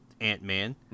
Ant-Man